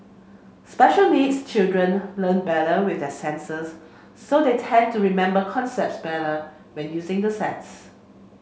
special needs children learn better with their senses so they tend to remember concepts better when using the sets